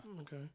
Okay